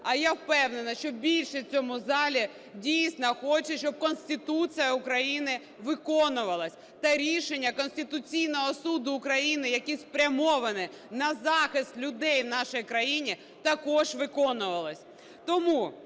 а я впевнена, що більшість в цьому залі, дійсно, хоче, щоб Конституція України виконувалася та рішення Конституційного Суду України, яке спрямоване на захист людей в нашій країні, також виконувалося.